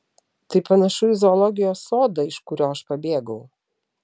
tai panašu į zoologijos sodą iš kurio aš pabėgau